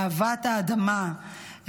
מאהבת האדמה,